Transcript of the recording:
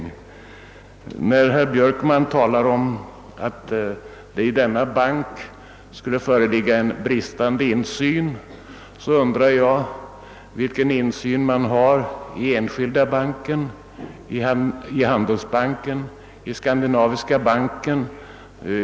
När herr Björkman talar om att det i denna bank skulle föreligga en bristande insyn, undrar jag vilken insyn man har i Enskilda banken, Svenska handelsbanken eller Skandinaviska banken.